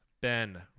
ben